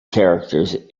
characters